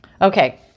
Okay